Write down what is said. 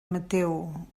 mateu